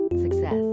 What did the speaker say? success